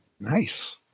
nice